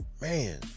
Man